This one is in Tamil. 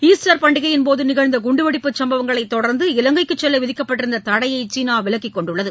ாஸ்டர் பண்டிகையின் போது நிகழ்ந்த குண்டுவெடிப்பு சம்பவங்களைத் தொடர்ந்து இலங்கைக்கு செல்ல விதிக்கப்பட்டிருந்த தடையை சீனா விலக்கிக் கொண்டுள்ளது